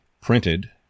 printed